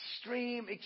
extreme